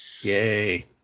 Yay